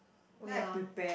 oh ya